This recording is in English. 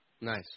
Nice